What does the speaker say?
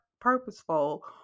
purposeful